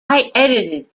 edited